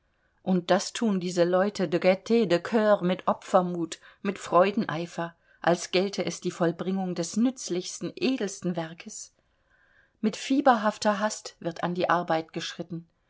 und das thun diese leute de gait de coeur mit opfermut mit freudeneifer als gelte es die vollbringung des nützlichsten edelsten werkes mit fieberhafter hast wird an die arbeit geschritten